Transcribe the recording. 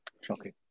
Shocking